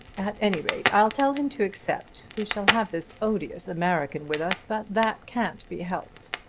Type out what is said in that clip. at any rate i'll tell him to accept. we shall have this odious american with us, but that can't be helped.